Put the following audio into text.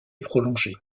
prolongée